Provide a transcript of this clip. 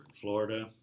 Florida